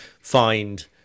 find